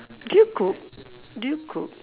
do you cook do you cook